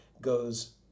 goes